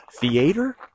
theater